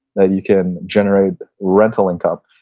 that you can generate rental income.